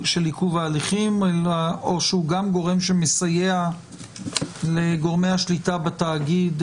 אנחנו כאן כרגע באכסניה של הארכת התיקון